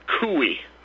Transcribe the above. Cooey